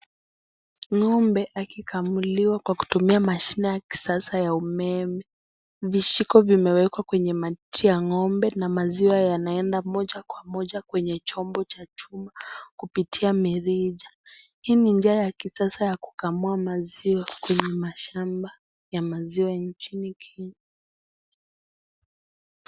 Ng'ombe akikamuliwa kwa kutumia mashine ya kisasa ya umeme. Vishiko vimewekwa kwenye matiti ya ng'ombe na maziwa yanaenda moja kwa moja kwenye chombo cha chuma kupitia mirija. Hii ni njia ya kisasa ya kukamua maziwa kwenye mashamba ya maziwa nchini Kenya.